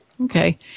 Okay